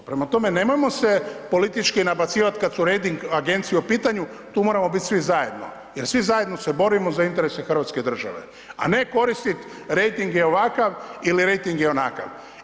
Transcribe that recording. Prema tome, nemojmo se politički nabacivati kada su rejting agencije u pitanju, tu moramo biti svi zajedno jer svi zajedno se borimo za interese Hrvatske države, a ne koristit rejting je ovakav i rejting je onakav.